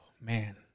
man